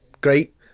great